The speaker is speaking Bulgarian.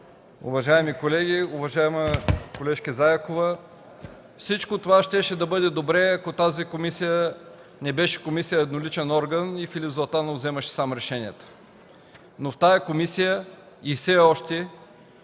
Уважаеми колеги, уважаема колежке Заякова. Всичко това щеше да бъде добре, ако тази комисия не беше комисия едноличен орган и Филип Златанов вземаше сам решенията. Но в тази комисия и все още